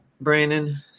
Brandon